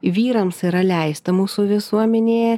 vyrams yra leista mūsų visuomenėje